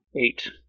Eight